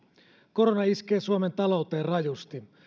korona iskee suomen talouteen rajusti